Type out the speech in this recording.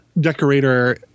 decorator